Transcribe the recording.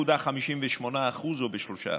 ב-2.58% או ב-3%.